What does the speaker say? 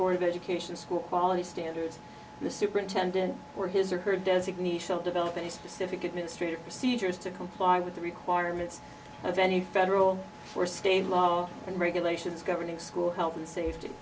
board of education school quality standards the superintendent for his or her designees still developing specific administrative procedures to comply with the requirements of any federal or state laws and regulations governing school health and safety